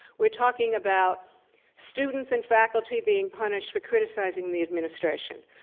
we're talking about students and faculty being punished for criticizing the administration.